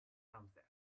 sunset